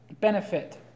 benefit